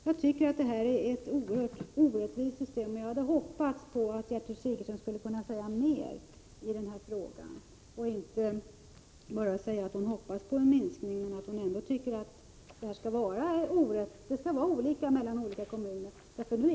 Jag tycker att det nuvarande systemet är oerhört orättvist. Jag hade hoppats att Gertrud Sigurdsen skulle kunna säga mer i denna fråga. Här har hon bara uttalat att hon har förhoppningar om en minskning och att hon tycker att det skall vara en skillnad mellan olika kommuner.